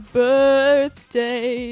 birthday